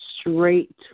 straight